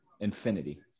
infinity